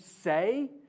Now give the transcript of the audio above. say